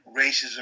racism